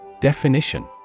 Definition